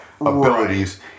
abilities